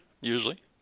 usually